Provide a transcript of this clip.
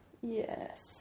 Yes